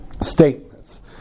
statements